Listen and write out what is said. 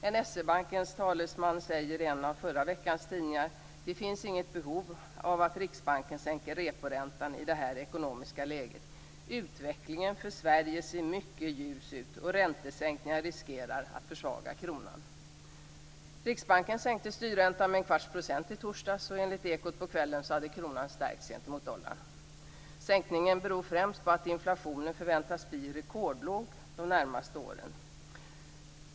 En SE-bankens talesman säger i en av förra veckans tidningar: Det finns inget behov av att Riksbanken sänker reporäntan i det här ekonomiska läget. Utvecklingen för Sverige ser mycket ljus ut, och räntesänkningar riskerar att försvaga kronan. Riksbanken sänkte styrräntan med en kvarts procent i torsdags, och enligt Ekot på kvällen hade kronan stärkts gentemot dollarn. Sänkningen beror främst på att inflationen förväntas bli rekordlåg de närmaste åren.